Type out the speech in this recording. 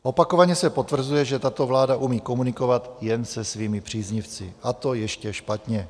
Opakovaně se potvrzuje, že tato vláda umí komunikovat jen se svými příznivci, a to ještě špatně.